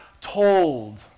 told